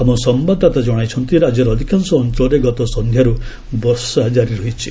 ଆମ ସମ୍ଭାଦଦାତା ଜଣାଇଛନ୍ତି ରାଜ୍ୟର ଅଧିକାଂଶ ଅଞ୍ଚଳରେ ଗତ ସନ୍ଧ୍ୟାରୁ ପ୍ରବଳ ବର୍ଷା ଲାଗି ରହିଛି